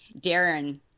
Darren